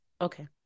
okay